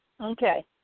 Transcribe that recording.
Okay